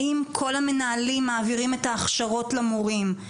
האם כל המנהלים מעבירים את ההכשרות למורים.